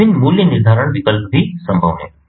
और विभिन्न मूल्य निर्धारण विकल्प भी संभव हैं